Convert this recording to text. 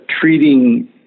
treating